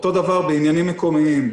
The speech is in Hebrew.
אותו דבר בעניינים מקומיים,